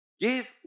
give